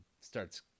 Starts